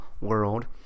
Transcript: world